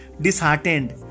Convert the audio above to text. disheartened